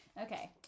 Okay